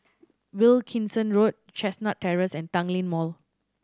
Wilkinson Road Chestnut Terrace and Tanglin Mall